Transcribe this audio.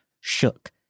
shook